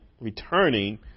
returning